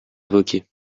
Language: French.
évoqués